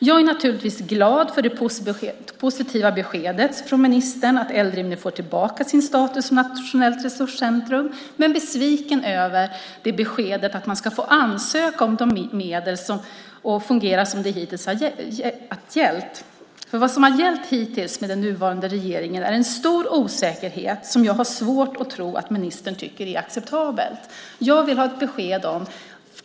Jag är naturligtvis glad för det positiva beskedet från ministern att Eldrimner får tillbaka sin status som nationellt resurscentrum, men jag är besviken över beskedet att de ska få ansöka om medlen och att det ska fungera som det hittills har gjort. Vad som har gällt hittills med den nuvarande regeringen är en stor osäkerhet som jag har svårt att tro att ministern tycker är acceptabel. Jag vill ha ett besked.